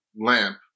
lamp